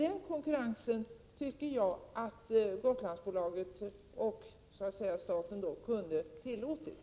Den konkurrensen tycker jag att Gotlandsbolaget och staten kunde ha tillåtit.